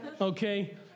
okay